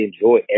enjoy